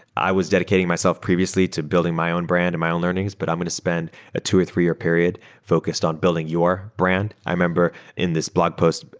i was dedicating myself previously to building my own brand and my own learnings, but i'm going to spend a two or three year period focused on building your brand. i remember in this blog post,